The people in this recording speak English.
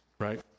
Right